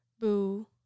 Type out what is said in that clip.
boo